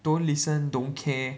don't listen don't care